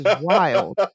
wild